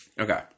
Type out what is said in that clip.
Okay